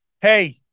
hey